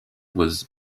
was